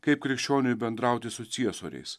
kaip krikščioniui bendrauti su ciesoriais